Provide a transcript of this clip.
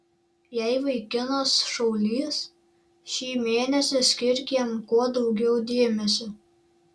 jei vaikinas šaulys šį mėnesį skirk jam kuo daugiau dėmesio